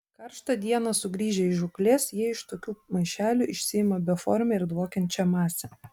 karštą dieną sugrįžę iš žūklės jie iš tokių maišelių išsiima beformę ir dvokiančią masę